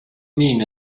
mean